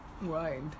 right